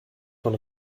von